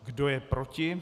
Kdo je proti?